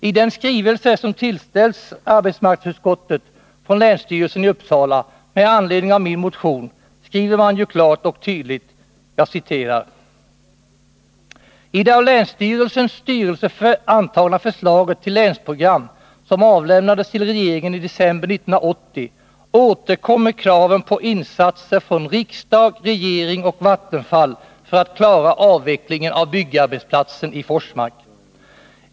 I den skrivelse som tillställts arbetsmarknadsutskottet från länsstyrelsen i Uppsala län med anledning av min motion skriver man ju klart och tydligt: ”I det av länsstyrelsens styrelse antagna förslaget till länsprogram, som avlämnades till regeringen i december 1980, återkommer kraven på insatser från riksdag, regering och Vattenfall för att klara avvecklingen av byggarbetsplatsen Forsmark.